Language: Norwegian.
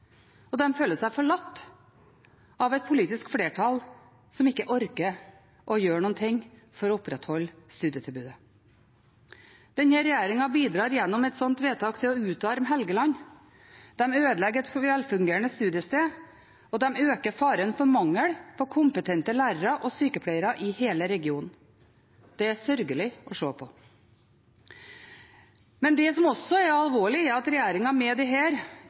og de føler seg forlatt av et politisk flertall som ikke orker å gjøre noe for å opprettholde studietilbudet. Denne regjeringen bidrar gjennom vedtaket til å utarme Helgeland. De ødelegger et velfungerende studiested, og de øker faren for mangel på kompetente lærere og sykepleiere i hele regionen. Det er sørgelig å se på. Det som også er alvorlig, er at regjeringen med dette gir signal til andre universitet om at det